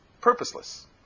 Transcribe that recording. purposeless